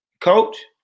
Coach